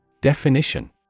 Definition